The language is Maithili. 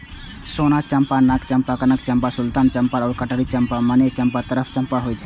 सोन चंपा, नाग चंपा, कनक चंपा, सुल्तान चंपा आ कटहरी चंपा, मने पांच तरहक चंपा होइ छै